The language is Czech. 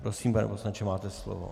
Prosím, pane poslanče, máte slovo.